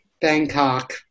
Bangkok